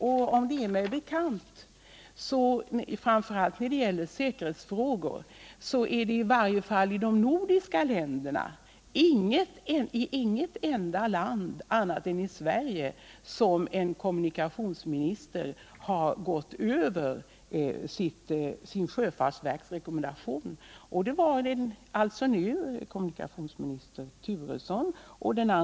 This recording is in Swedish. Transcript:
Såvitt mig är bekant är det inget annat land utom Sverige av de nordiska länderna där en kommunikationsminister — speciellt när det gäller säkerhetsfrågorna — gått ifrån sitt 115 sjöfartsverks rekommendationer. Nu var det kommunikationsminister Turesson som gjorde det.